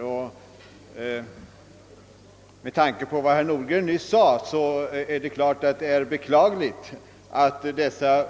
Det är visserligen beklagligt, som herr Nordgren nyss påpekade, att dessa